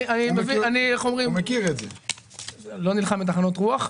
אני לא נלחם בטחנות רוח,